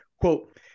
quote